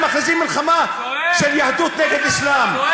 ואנחנו צריכים לדאוג כאן בכנסת שיהיה הסדר